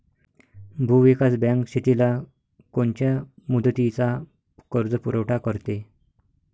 भूविकास बँक शेतीला कोनच्या मुदतीचा कर्जपुरवठा करते?